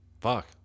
fuck